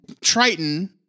Triton